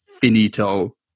finito